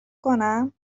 کنم